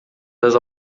das